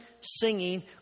singing